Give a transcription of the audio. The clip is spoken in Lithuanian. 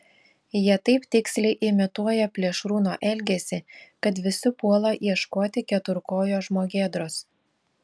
jie taip tiksliai imituoja plėšrūno elgesį kad visi puola ieškoti keturkojo žmogėdros